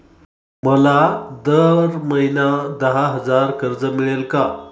मला दर महिना दहा हजार कर्ज मिळेल का?